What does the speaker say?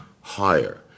higher